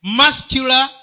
muscular